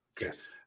Yes